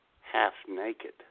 half-naked